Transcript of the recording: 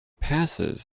passes